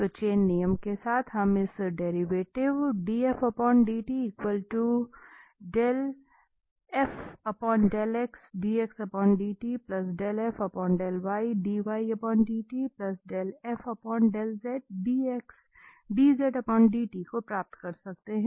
तो चेन नियम के साथ हम इस डेरिवेटिव को प्राप्त कर सकते हैं